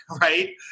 right